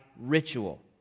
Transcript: ritual